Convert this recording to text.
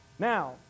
Now